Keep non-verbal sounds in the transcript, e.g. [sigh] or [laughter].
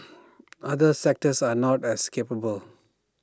[noise] other sectors are not as capable